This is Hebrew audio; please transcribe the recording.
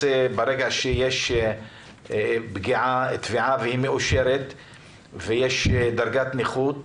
יש תביעה והיא מאושרת ויש דרגת נכות,